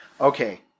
okay